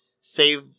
save